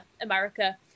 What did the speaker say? america